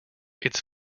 its